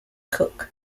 cook